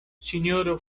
sinjoro